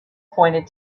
pointed